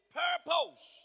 purpose